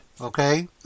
okay